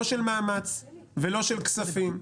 לא של מאמץ ולא של כספים.